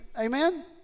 amen